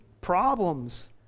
problems